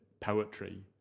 poetry